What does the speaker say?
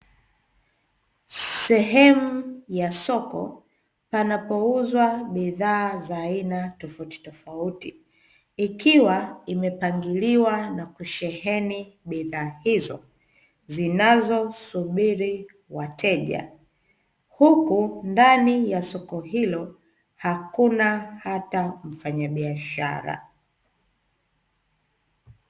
Sehemu ya soko panapouzwa bidhaa za aina tofautitofauti, ikiwa imepangiliwa na kusheheni bidhaa hizo zinazosubiri wateja. Huku ndani ya soko hilo hakuna hata mfanyabiashara.